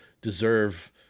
deserve